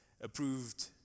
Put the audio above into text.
approved